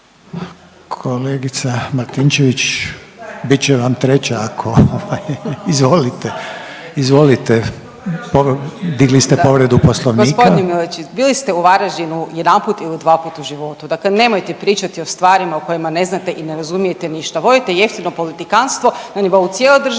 Kolegica Martinčević. Bit će vam treća ako ovaj …, izvolite. Izvolite, digli ste povredu Poslovnika. **Martinčević, Natalija (Reformisti)** Gospodine Miletić bili ste u Varaždinu jedanput ili dvaput u životu, dakle nemojte pričati o stvarima o kojima ne znate i ne razumijete ništa. Vodite jeftino politikanstvo na nivou cijele države.